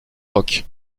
roc